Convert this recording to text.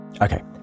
Okay